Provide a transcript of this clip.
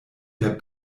der